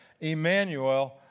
Emmanuel